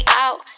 out